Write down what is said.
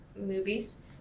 movies